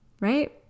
Right